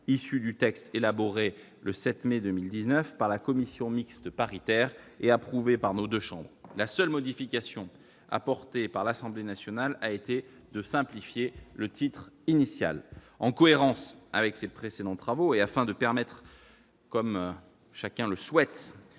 issues du texte élaboré le 7 mai 2019 par la commission mixte paritaire et approuvé par les deux chambres. La seule modification, apportée par l'Assemblée nationale, a été la simplification du titre initial. En cohérence avec ses précédents travaux et afin de permettre, comme chacun le souhaite,